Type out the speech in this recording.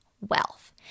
wealth